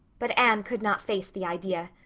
but anne could not face the idea.